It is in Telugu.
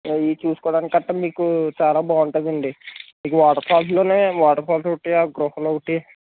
ఇవి చూసుకోడానికి అలా మీకు చాలా బాగుంటుందండి మీకు వాటర్ఫాల్స్లోనే వాటర్ఫాల్స్ ఒకటి ఆ గుహలు ఒకటి